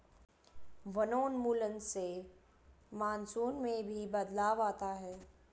वनोन्मूलन से मानसून में भी बदलाव आता है